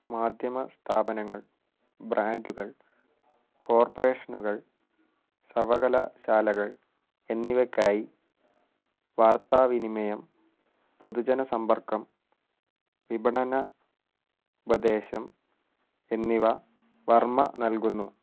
മാധ്യമ സ്ഥാപനങ്ങള് ബ്രാൻഡുകൾ കോർപ്പറേഷനുകൾ സർവകലാശാലകൾ എന്നിവയ്ക്കായി വാര്ത്താവിനിമയം പൊതുജനസമ്പര്ക്കം വിപണന ഉപദേശം എന്നിവ വർമ്മ നൽകുന്നു